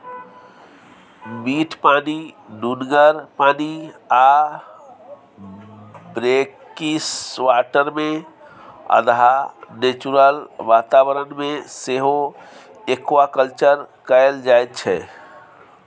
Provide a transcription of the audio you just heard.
मीठ पानि, नुनगर पानि आ ब्रेकिसवाटरमे अधहा नेचुरल बाताबरण मे सेहो एक्वाकल्चर कएल जाइत छै